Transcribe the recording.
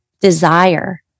desire